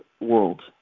world